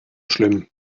schlimm